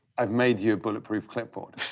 i've made you a bulletproof clipboard.